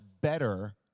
better